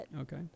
Okay